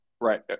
Right